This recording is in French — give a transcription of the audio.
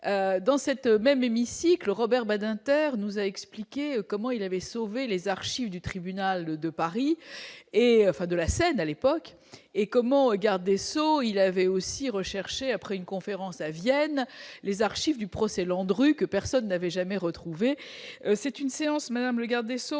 dans cette même hémicycle Robert Badinter, nous a expliqué comment il avait sauvé les archives du tribunal de Paris et enfin de la scène à l'époque et comment garde des Sceaux, il avait aussi recherché après une conférence à Vienne, les archives du procès Landru que personne n'avait jamais retrouvé c'est une séance Madame le Garde des Sceaux,